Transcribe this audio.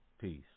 peace